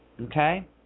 okay